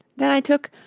then i took,